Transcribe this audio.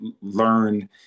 learn